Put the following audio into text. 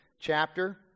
chapter